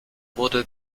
wurde